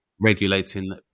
regulating